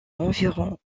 environ